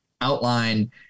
outline